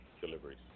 deliveries